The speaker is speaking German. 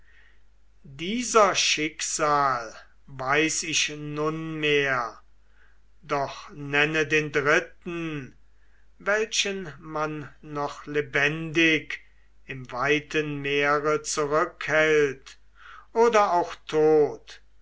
dieser schicksal weiß ich nunmehr doch nenne den dritten welchen man noch lebendig im weiten meere zurückhält oder auch tot